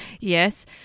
Yes